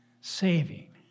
saving